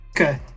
Okay